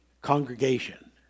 congregation